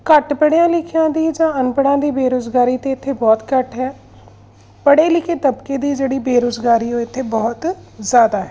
ਘੱਟ ਪੜ੍ਹਿਆਂ ਲਿਖਿਆਂ ਦੀ ਜਾਂ ਅਨਪੜ੍ਹਾਂ ਦੀ ਬੇਰੁਜ਼ਗਾਰੀ ਤਾਂ ਇੱਥੇ ਬਹੁਤ ਘੱਟ ਹੈ ਪੜ੍ਹੇ ਲਿਖੇ ਤਬਕੇ ਦੀ ਜਿਹੜੀ ਬੇਰੁਜ਼ਗਾਰੀ ਉਹ ਇੱਥੇ ਬਹੁਤ ਜ਼ਿਆਦਾ ਹੈ